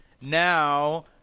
now